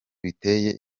biteye